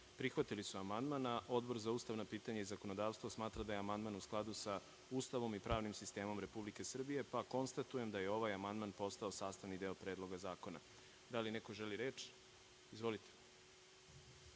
prihvatili su amandman, a Odbor za ustavna pitanja i zakonodavstvo smatra da je amandman u skladu sa Ustavom i pravnim sistemom Republike Srbije, pa konstatujem da je ovaj amandman postao sastavni deo Predloga zakona. Da li neko želi reč? Izvolite.